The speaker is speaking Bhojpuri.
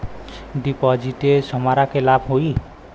डिपाजिटसे हमरा के का लाभ होई?